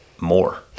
more